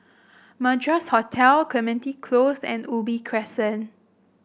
Madras Hotel Clementi Close and Ubi Crescent